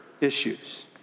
issues